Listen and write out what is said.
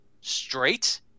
straight